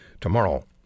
tomorrow